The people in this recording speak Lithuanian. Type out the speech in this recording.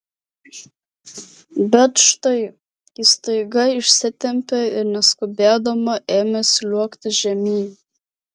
bet štai ji staiga išsitempė ir neskubėdama ėmė sliuogti žemyn